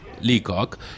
Leacock